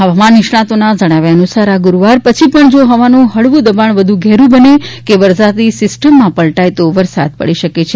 હવામાન નિષ્ણાતોના જણાવ્યા અનુસાર આ ગુરૂવાર પછી પણ જો હવાનું ફળવું દબાણ વધું ઘેરું બને કે વરસાદી સિસ્ટમમાં પલટાય તો વરસાદ પડી શકે છે